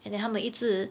and then 他们一直